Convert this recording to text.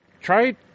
Try